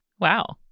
Wow